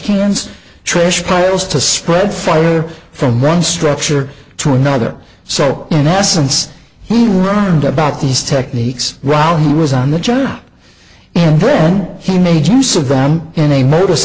cans trish pails to spread fire from one structure to another so in essence the rwanda about these techniques while he was on the job and then he made use of them in a modus